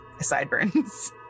sideburns